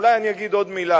אולי אני אגיד עוד מלה,